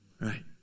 Right